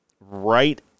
right